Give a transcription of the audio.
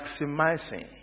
maximizing